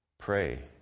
Pray